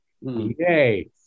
Yay